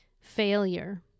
failure